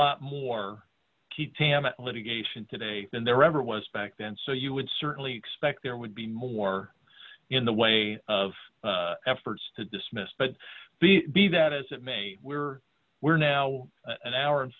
lot more keep him at litigation today than there ever was back then so you would certainly expect there would be more in the way of efforts to dismiss but the be that as it may were we're now an hour and